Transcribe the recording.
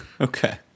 Okay